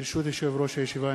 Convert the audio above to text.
ברשות יושב-ראש הישיבה,